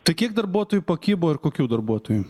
tai kiek darbuotojų pakibo ir kokių darbuotojų